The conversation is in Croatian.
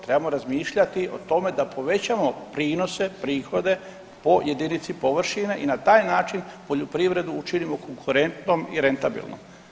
Trebamo razmišljati da povećamo prinose, prihode po jedinici površine i na taj način poljoprivredu učinimo konkurentnom i rentabilnom.